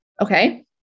Okay